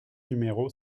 numéro